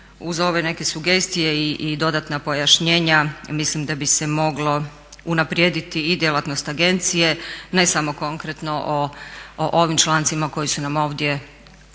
uz ove neke sugestije i dodatna pojašnjenja mislim da bi se moglo unaprijediti i djelatnost agencije, ne samo konkretno o ovim člancima koji su nam ovdje predloženi